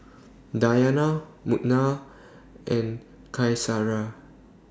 Dayana Munah and Qaisara